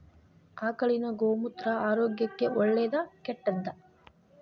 ಆಕಳಿನ ಗೋಮೂತ್ರ ಆರೋಗ್ಯಕ್ಕ ಒಳ್ಳೆದಾ ಕೆಟ್ಟದಾ?